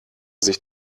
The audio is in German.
sich